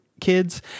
kids